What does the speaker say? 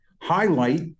highlight